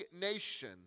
nation